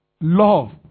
love